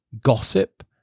gossip